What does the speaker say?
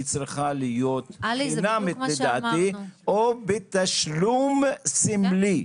היא צריכה להיות חינמית לדעתי או בתשלום סימלי.